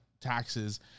Taxes